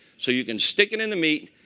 so you can stick it in the meat,